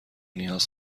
نیاز